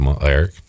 eric